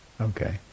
Okay